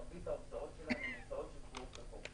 מרבית ההוצאות שלהם הן הוצאות שקבועות בחוק.